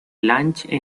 lange